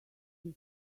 this